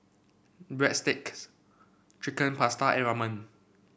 Breadsticks Chicken Pasta and Ramen